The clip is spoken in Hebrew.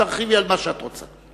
תרחיבי על מה שאת רוצה.